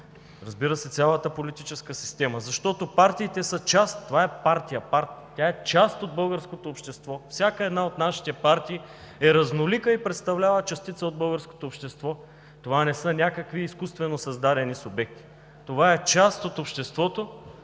Разбира се, цялата политическа система, защото партиите са част от българското общество. Всяка една от нашите партии е разнолика и представлява частица от българското общество. Това не са някакви изкуствено създадени субекти. Това е част от обществото